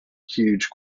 huge